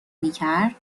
میکرد